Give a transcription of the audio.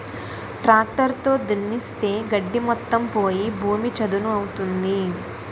tractor తో దున్నిస్తే గడ్డి మొత్తం పోయి భూమి చదును అవుతుంది